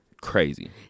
crazy